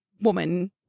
woman